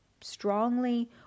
strongly